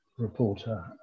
reporter